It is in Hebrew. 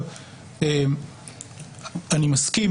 אני מסכים,